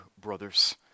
brothers